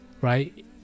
right